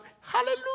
Hallelujah